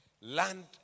land